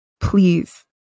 Please